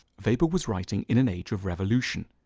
weber was writing in an age of revolution.